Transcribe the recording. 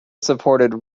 supported